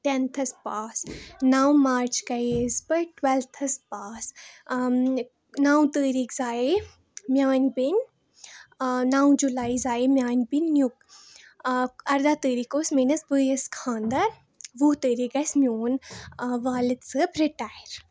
ٹٮ۪نتھَس پاس نَو مارٕچ گٔیَس بہٕ ٹُوٮ۪لتھَس پاس نَو تٲریٖخ زایے میٛانہِ بیٚنہِ نَو جُلاے زایے میٛانہِ بیٚنہِ نیُک اَرداہ تٲریٖخ اوس میٲنِس بٲیِس خانٛدَر وُہ تٲریٖخ گژھِ میون والِد صٲب رِٹایر